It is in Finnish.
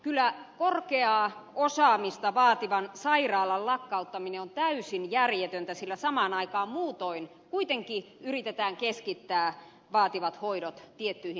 kyllä korkeaa osaamista vaativan sairaalan lakkauttaminen on täysin järjetöntä sillä samaan aikaan muutoin kuitenkin yritetään keskittää vaativat hoidot tiettyihin yksiköihin